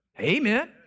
Amen